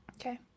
okay